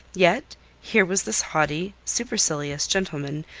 yet here was this haughty, supercilious gentleman,